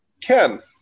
Ken